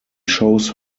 shows